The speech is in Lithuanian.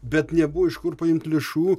bet nebuvo iš kur paimt lėšų